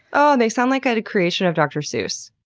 oh, they sound like a creation of dr. seuss.